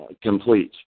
complete